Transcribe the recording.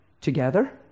together